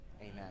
Amen